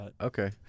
Okay